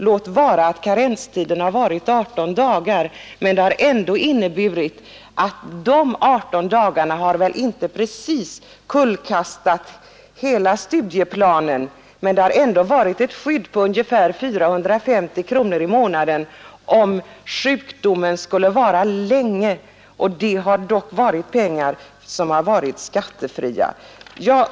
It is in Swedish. Låt vara att karenstiden varit 18 dagar, men 18 dagar kan väl inte precis kullkasta hela studieplanen. Försäkringen har inneburit ett skydd på ungefär 450 kronor i månaden vid en längre tids sjukdom, och dessa pengar har varit skattefria.